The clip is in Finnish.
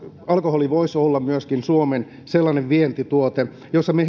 alkoholi voisi olla myöskin suomen sellainen vientituote jossa me